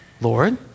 Lord